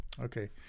Okay